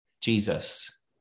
Jesus